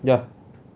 ya